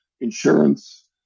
insurance